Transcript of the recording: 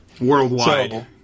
worldwide